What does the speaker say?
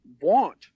want